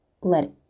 let